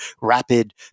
rapid